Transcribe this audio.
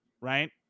right